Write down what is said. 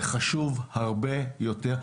זה חשוב הרבה יותר.